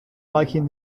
liking